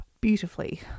beautifully